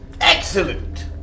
Excellent